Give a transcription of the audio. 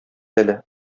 әле